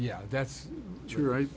yeah that's true